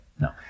No